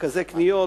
מרכזי קניות,